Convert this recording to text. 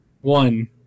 one